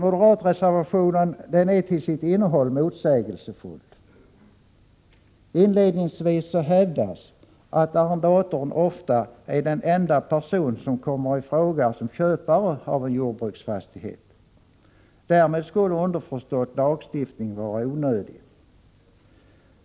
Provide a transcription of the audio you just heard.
Moderatreservationen är till sitt innehåll motsägelsefull. Inledningsvis hävdas att arrendatorn ofta är den enda person som kommer i fråga som köpare av en jordbruksfastighet. Därmed skulle underförstått lagstiftning vara onödig.